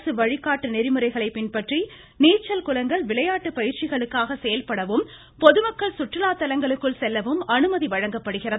அரசு வழிகாட்டு நெறிமுறைகளை பின்பற்றி நீச்சல் குளங்கள் விளையாட்டு பயிற்சிகளுக்காக செயல்படவும் பொதுமக்கள் சுற்றுலா தளங்களுக்குள் செல்லவும் அனுமதி வழங்கப்படுகிறது